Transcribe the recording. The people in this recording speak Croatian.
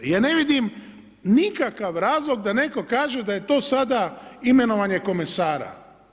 Ja ne vidim nikakav razlog da netko kaže da je to sada imenovanje komesara.